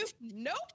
Nope